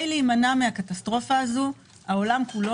כדי להימנע מהקטסטרופה הזו העולם כולו